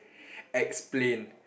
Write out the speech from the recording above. explain